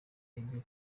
ibyo